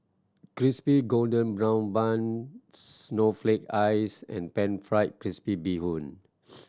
Crispy Golden Brown Bun snowflake ice and Pan Fried Crispy Bee Hoon